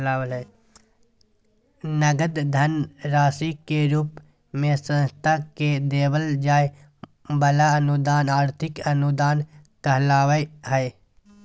नगद धन राशि के रूप मे संस्था के देवल जाय वला अनुदान आर्थिक अनुदान कहलावय हय